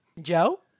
Joe